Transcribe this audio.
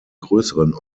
größeren